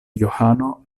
johano